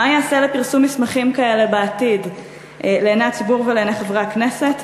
3. מה ייעשה להעמדת מסמכים כאלה בעתיד לעיני הציבור ולעיני חברי הכנסת?